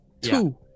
Two